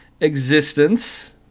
existence